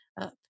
up